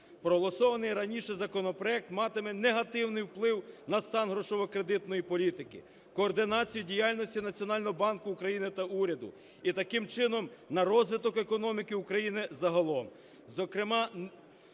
Проголосований раніше законопроект матиме негативний вплив на стан грошово-кредитної політики, координацію діяльності Національного банку України та уряду, і таким чином на розвиток економіки України загалом.